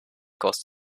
caused